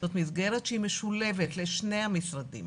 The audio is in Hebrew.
זאת מסגרת שהיא משולבת לשני המשרדים.